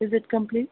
is it complete